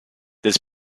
this